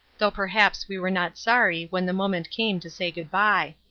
though perhaps we were not sorry when the moment came to say good-bye.